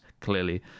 clearly